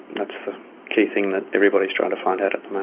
that's the key thing that everybody's trying to find out at